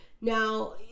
Now